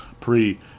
pre